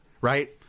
right